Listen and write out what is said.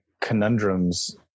conundrums